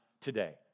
today